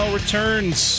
returns